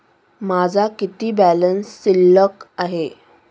माझा किती बॅलन्स शिल्लक आहे?